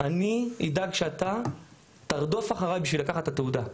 אני אדאג שאתה תרדוף אחריי בשביל לקחת את התעודה.